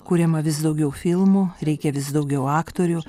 kuriama vis daugiau filmų reikia vis daugiau aktorių